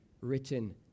written